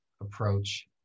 approach